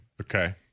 Okay